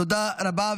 תודה רבה.